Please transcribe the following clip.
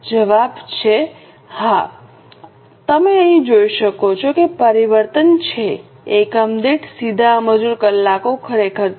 જવાબ છે હા તમે અહીં જોઈ શકો છો તે પરિવર્તન છે એકમ દીઠ સીધા મજૂર કલાકો ખરેખર 3